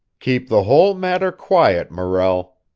keep the whole matter quiet, morrell,